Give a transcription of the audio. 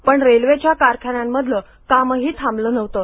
पण रेल्वेच्या काखान्यांमधलं कामही थांबलं नव्हतं